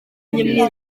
gute